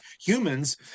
humans